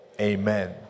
Amen